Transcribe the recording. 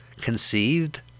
conceived